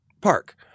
park